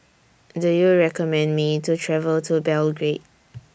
Do YOU recommend Me to travel to Belgrade